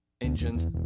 Engines